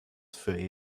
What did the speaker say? für